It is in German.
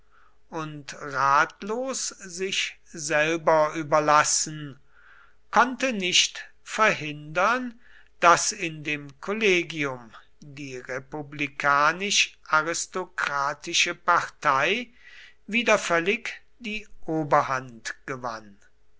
und ratlos sich selber überlassen konnte nicht verhindern daß in dem kollegium die republikanisch aristokratische partei wieder völlig die oberhand gewann